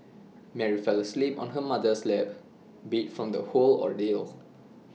Mary fell asleep on her mother's lap beat from the whole ordeal